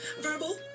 Verbal